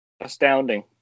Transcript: astounding